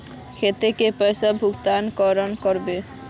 खेत के पैसा भुगतान केना करबे?